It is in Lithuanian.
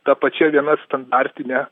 ta pačia viena standartine